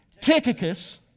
Tychicus